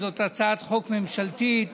זאת הצעת חוק ממשלתית